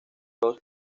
dos